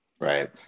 right